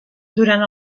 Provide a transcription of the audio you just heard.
durant